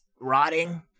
rotting